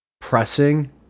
...pressing